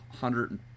hundred